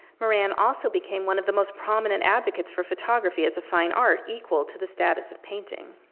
moran also became one of the most prominent advocates for photography as a fine art, equal to the status of painting.